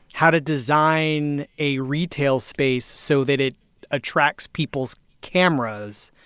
how to design a retail space so that it attracts people's cameras,